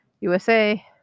USA